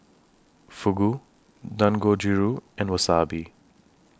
Fugu Dangojiru and Wasabi